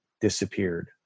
disappeared